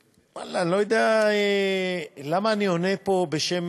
ו-ואללה, אני לא יודע למה אני עונה פה בשם